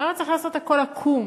למה צריך לעשות הכול עקום?